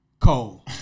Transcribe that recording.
Cole